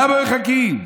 למה מחכים?